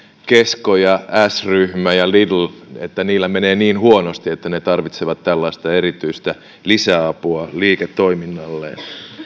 keskolla ja s ryhmällä ja lidlillä menee niin huonosti että ne tarvitsevat tällaista erityistä lisäapua liiketoiminnalleen